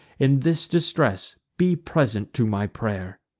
in this distress be present to my pray'r!